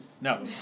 No